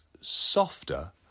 softer